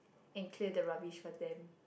and clear the rubbish for them